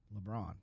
LeBron